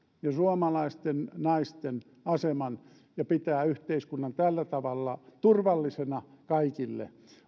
ja suomalaisten naisten aseman ja pitää yhteiskunnan tällä tavalla turvallisena kaikille